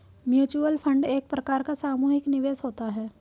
mutual fund एक प्रकार का सामुहिक निवेश होता है